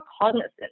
cognizant